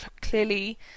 clearly